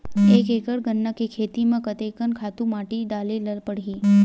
एक एकड़ गन्ना के खेती म कते कन खातु माटी डाले ल पड़ही?